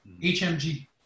HMG